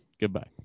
goodbye